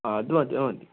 ആ അതുമതി അതുമതി